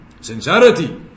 sincerity